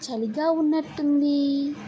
చలిగా వున్నట్టుంది